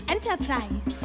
Enterprise